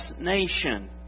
nation